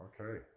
okay